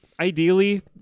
Ideally